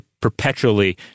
perpetually